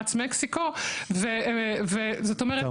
מפרץ מקסיקו, זאת אומרת, אלה אסונות בלתי נמענים.